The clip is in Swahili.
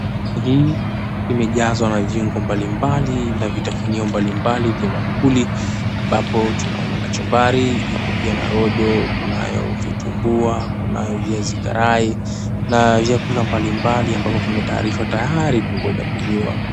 Hii imejazwa na viungo mbalimbali la vitafunio mbalimbali vya mamkuli. Ambapo tunaona kachumbari iko pia na rojo, kunayo vitumbua kunayo viazi karai na vyakula mbalimbali ambavyo vimetayarisha tayari kungoja kuliwa.